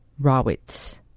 Rawitz